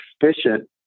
efficient